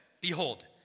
Behold